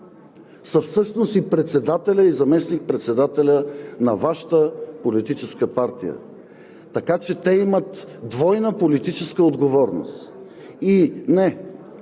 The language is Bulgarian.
всъщност и председателят, и заместник-председателят на Вашата политическа партия. Така че те имат двойна политическа отговорност. И не,